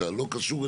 מחוץ לעניין.